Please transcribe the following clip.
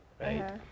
right